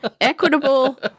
equitable